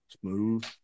smooth